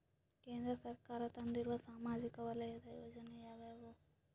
ಕೇಂದ್ರ ಸರ್ಕಾರ ತಂದಿರುವ ಸಾಮಾಜಿಕ ವಲಯದ ಯೋಜನೆ ಯಾವ್ಯಾವು?